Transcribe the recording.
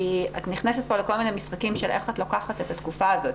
כי את נכנסת פה לכל מיני משחקים של איך את לוקחת את התקופה הזאת.